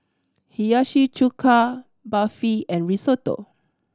Hiyashi Chuka Barfi and Risotto